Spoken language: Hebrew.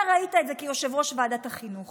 אתה ראית את זה כיושב-ראש ועדת החינוך